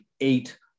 eight